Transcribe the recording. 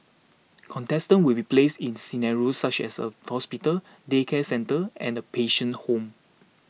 contestants will be placed in scenarios such as a hospital daycare centre and a patient's home